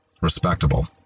Respectable